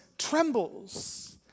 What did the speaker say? trembles